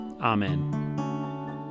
Amen